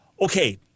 Okay